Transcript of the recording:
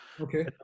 okay